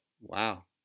Wow